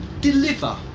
deliver